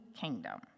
kingdom